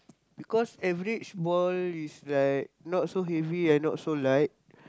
because average ball is like not so heavy and not so light